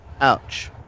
Ouch